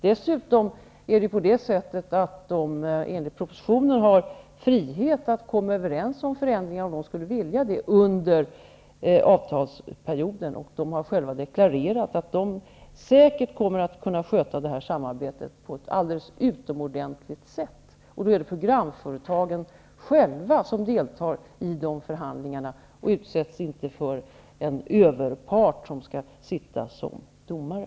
Dessutom har programföretagen enligt propositionen frihet att, om de skulle vilja det, komma överens om förändringar under avtalsperioden, och de har själva deklarerat att de säkert kommer att kunna sköta det här samarbetet på ett alldeles utomordentligt sätt. Det är då programföretagen själva som deltar i förhandlingarna; de utsätts inte för en överpart som sitter som domare.